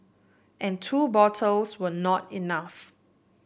and two bottles were not enough